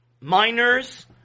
minors